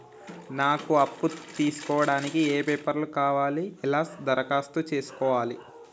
నాకు అప్పు తీసుకోవడానికి ఏ పేపర్లు కావాలి ఎలా దరఖాస్తు చేసుకోవాలి?